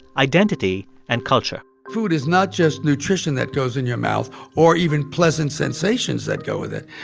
identity and culture food is not just nutrition that goes in your mouth or even pleasant sensations that go with it.